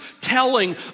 telling